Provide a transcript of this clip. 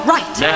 Right